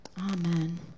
amen